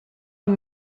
app